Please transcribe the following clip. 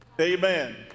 Amen